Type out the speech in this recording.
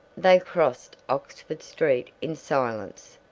they crossed oxford street in silence,